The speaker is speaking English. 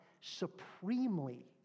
supremely